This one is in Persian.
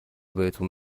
بهتون